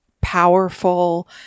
powerful